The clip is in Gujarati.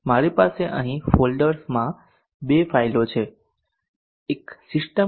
મારી પાસે અહીં ફોલ્ડરમાં બે ફાઇલો છે એક સિસ્ટમ ડિઝાઇન